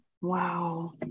Wow